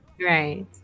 Right